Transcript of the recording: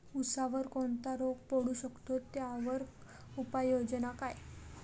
ऊसावर कोणता रोग पडू शकतो, त्यावर उपाययोजना काय?